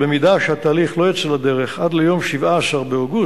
אם התהליך לא יצא לדרך עד ליום 17 באוגוסט,